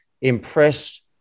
impressed